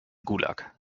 gulag